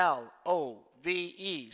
love